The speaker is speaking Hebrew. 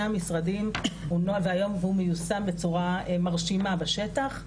המשרדים והיום הוא מיושם בצורה מרשימה בשטח,